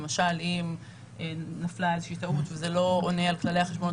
למשל אם נפלה איזושהי טעות וזה לא עונה על כללי החשבונאות